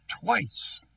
twice